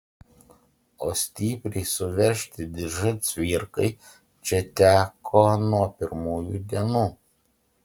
o stipriai suveržti diržą cvirkai čia teko nuo pirmųjų dienų